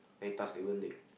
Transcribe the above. then he touch Davon leg